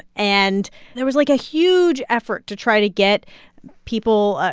and there was, like, a huge effort to try to get people,